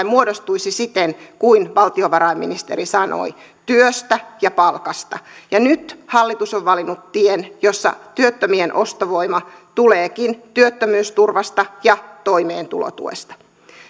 muodostuisi siten kuin valtiovarainministeri sanoi työstä ja palkasta ja nyt hallitus on valinnut tien jossa työttömien ostovoima tuleekin työttömyysturvasta ja toimeentulotuesta